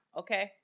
okay